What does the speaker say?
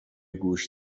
گوش